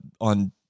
on